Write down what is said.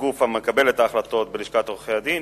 לגוף המקבל את ההחלטות בלשכת עורכי-הדין